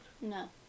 No